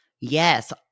yes